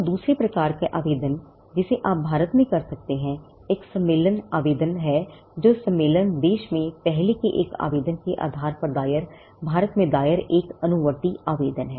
तो दूसरे प्रकार का आवेदन जिसे आप भारत में दाखिल कर सकते हैं एक सम्मेलन आवेदन है जो एक सम्मेलन देश में पहले के एक आवेदन के आधार पर दायर भारत में दायर एक अनुवर्ती आवेदन है